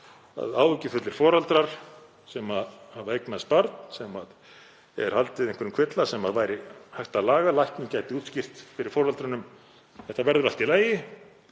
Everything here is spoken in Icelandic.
að áhyggjufullir foreldrar sem hafa eignast barn sem er haldið einhverjum kvilla sem væri hægt að laga og læknir gæti útskýrt fyrir foreldrunum: Þetta verður allt í lagi,